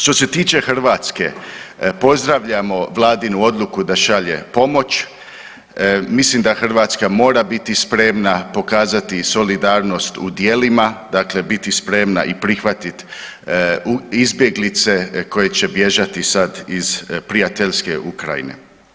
Što se tiče Hrvatske, pozdravljamo Vladinu odluku da šalje pomoć, mislim da Hrvatska mora biti spremna pokazati solidarnost u djelima, dakle biti spremna i prihvatiti izbjeglice koje će bježati sad iz prijateljske Ukrajine.